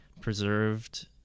preserved